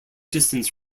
distance